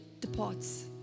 departs